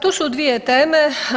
Tu su dvije teme.